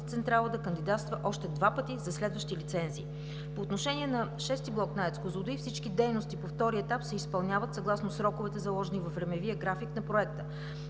централа да кандидатства още два пъти за следващи лицензии. По отношение на VΙ блок на АЕЦ „Козлодуй“ всички дейности по втория етап се изпълняват съгласно сроковете, заложени във времевия график на проекта.